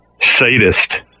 sadist